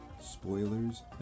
Spoilers